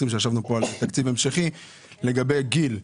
שישבנו פה על תקציב המשכי לגבי גיל ה-21,